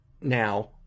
now